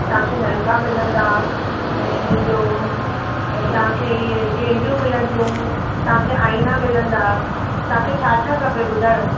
तव्हांखे नलका मिलंदा ऐं ॿियो इहे तव्हांखे इहे गेंडियूं मिलंदियूं तव्हांखे आइना मिलंदा तव्हांखे छा छा खपे ॿुधायो